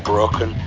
Broken